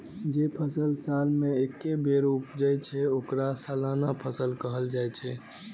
जे फसल साल मे एके बेर उपजै छै, ओकरा सालाना फसल कहल जाइ छै